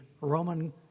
Roman